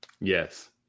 Yes